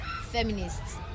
feminists